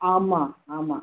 ஆமாம் ஆமாம்